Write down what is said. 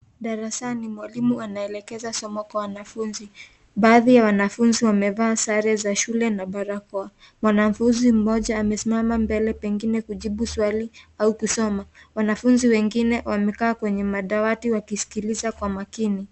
Darasani, mwalimu anaelegeza somo kwa wanafunzi. Baadhi ya wanafunzi wamevaa sare za shule na barakoa. Mwanafunzi mmoja amesimama mbele, pengine kujibu swali au kusoma. Wanafunzi wengine wamekaa kwenye madawati wakisikiliza kwa makini.